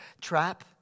trap